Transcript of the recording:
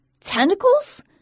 tentacles